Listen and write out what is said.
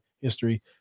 history